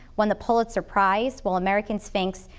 won the pulitzer prize while american sphinx,